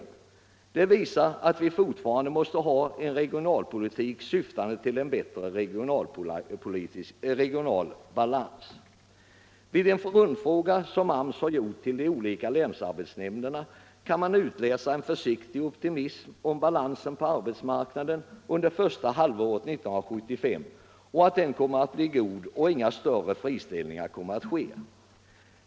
Det visar att vi fortfarande måste ha en regionalpolitik syftande till en bättre regional balans. Ur svaren på en rundfråga från AMS bland de olika länsarbetsnämnderna kan man utläsa en försiktig optimism om balansen på arbetsmarknaden första halvåret 1975 och förhoppningar om att inga friställningar kommer att ske.